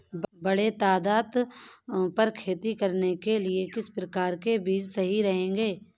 बड़े तादाद पर खेती करने के लिए किस प्रकार के बीज सही रहेंगे?